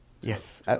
Yes